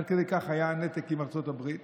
עד כדי כך היה הנתק עם ארצות הברית.